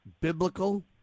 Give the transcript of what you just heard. biblical